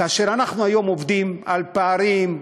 כאשר אנחנו עובדים היום על פערים,